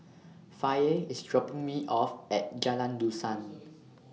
Faye IS dropping Me off At Jalan Dusan